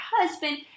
husband